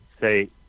say